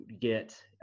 get